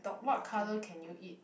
what colour can you eat